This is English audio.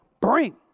Bring